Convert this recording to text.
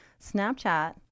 Snapchat